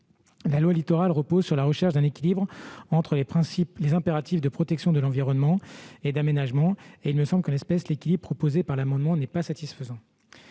La loi Littoral repose sur la recherche d'un équilibre entre les impératifs de protection de l'environnement et d'aménagement. Il me semble que, en l'espèce, l'équilibre proposé par l'amendement n'est pas satisfaisant.